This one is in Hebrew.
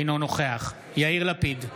אינו נוכח יאיר לפיד,